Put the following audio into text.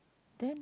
then